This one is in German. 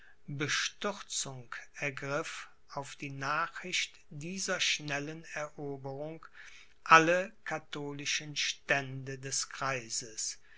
bestürzung ergriff auf die nachricht dieser schnellen eroberung alle katholischen stände des kreises